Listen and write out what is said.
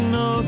no